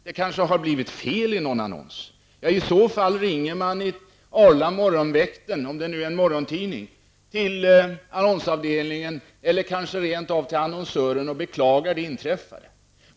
Det kanske har blivit fel i någon annons. I så fall ringer man i arla morgonväkten, om det nu är en morgontidning, till annonsavdelningen, eller kanske rent av till annonsören, och beklagar det inträffade.